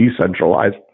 decentralized